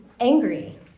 angry